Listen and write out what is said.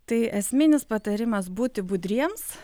tai esminis patarimas būti budriems